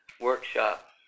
workshop